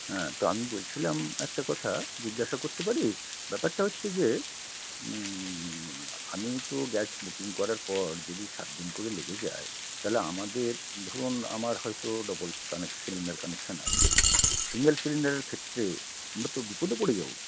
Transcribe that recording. হ্যাঁ তো আমি বলছিলাম একটা কথা জিজ্ঞাসা করতে পারি ব্যাপারটা হচ্ছে যে আমি তো গ্যাস বুকিং করার পর যদি সাত দিন করে লেগে যায় তাহলে আমাদের ধরুন আমার হয়তো ডবল কানেকশান সিলিন্ডার কানেকশান আছে সিঙ্গেল সিলিন্ডারের ক্ষেত্রে আমরা তো বিপদে পড়ে যাব